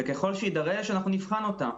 וככל שיידרש אנחנו נבחן אותה.